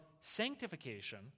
sanctification